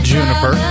Juniper